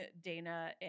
Dana